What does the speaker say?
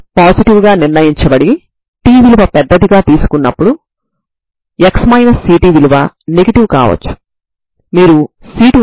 n విలువను నిర్ణయించిన తర్వాత మీరు Xn మరియు Tn లను కలిగి ఉంటారని మీకు తెలుసు